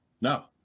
No